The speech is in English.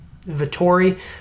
Vittori